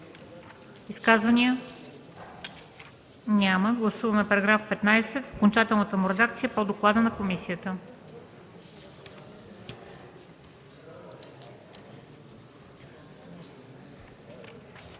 Изказвания? Няма. Гласуваме § 15 в окончателната му редакция по доклада на комисията.